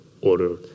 order